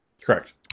Correct